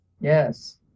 Yes